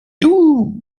doo